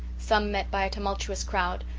some met by a tumultuous crowd,